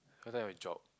what type of job